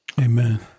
Amen